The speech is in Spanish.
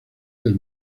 del